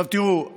תראו,